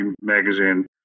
magazine